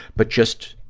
but just,